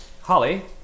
Holly